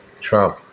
Trump